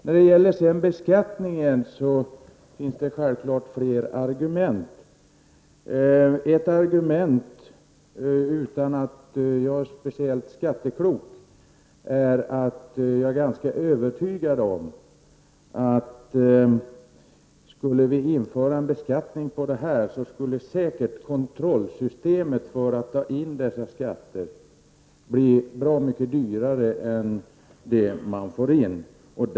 När det gäller beskattningen finns det självfallet fler argument. Utan att vara speciellt skatteklok är jag ganska övertygad om att om vi skulle införa en beskattning på det här området skulle kontrollsystemet för att ta in dessa skatter säkert kosta mer pengar än man får in med skatten.